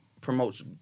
promotes